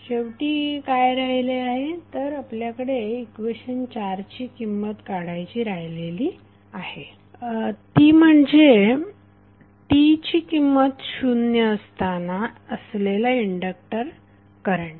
शेवटी काय राहिले आहे तर आपल्याकडे इक्वेशन 4 ची किंमत काढायची राहिली आहे ती म्हणजे t ची किंमत शुन्य असताना असलेला इंडक्टर करंट